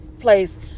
place